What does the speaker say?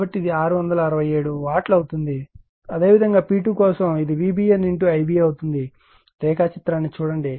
కాబట్టి ఇది 667 వాట్ అవుతుంది అదే విధంగా P2 కోసం ఇది VBN Ib అవుతుంది రేఖాచిత్రాన్ని చూడండి